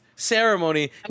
Ceremony